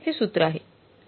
तर हे सूत्र आहे